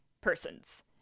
persons